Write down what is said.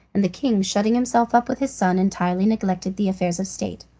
and the king shutting himself up with his son entirely neglected the affairs of state.